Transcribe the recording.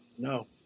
No